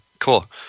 Cool